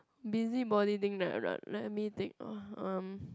busybody thing let me think uh um